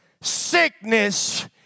sickness